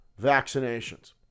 vaccinations